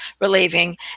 relieving